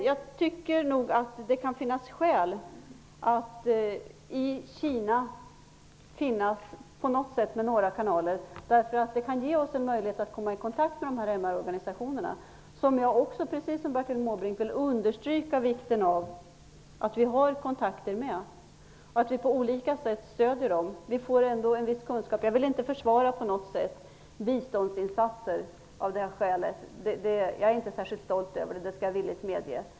Jag tycker dock att det kan finnas skäl att på något sätt ha kanaler i Kina. Det kan ge oss möjlighet att komma i kontakt med MR-organisationerna. Precis som Bertil Måbrink vill jag understryka vikten av att vi har kontakter med dem och stöder dem på olika sätt. Vi får ändå en viss kunskap genom detta. Jag vill inte på något sätt försvara våra biståndsinsatser av detta skäl; jag skall villigt medge att jag inte är särskilt stolt över dem.